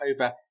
over